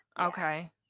okay